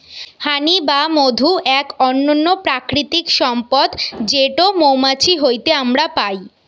হানি বা মধু এক অনন্য প্রাকৃতিক সম্পদ যেটো মৌমাছি হইতে আমরা পাই